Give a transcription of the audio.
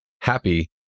happy